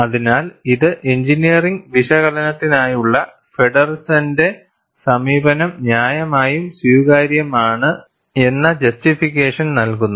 അതിനാൽ ഇത് എഞ്ചിനീയറിംഗ് വിശകലനത്തിനായുള്ള ഫെഡെർസന്റെ സമീപനം ന്യായമായും സ്വീകാര്യമാണ് എന്ന ജെസ്റ്റിഫിക്കേഷൻ നൽകുന്നു